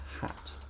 Hat